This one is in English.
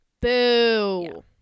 boo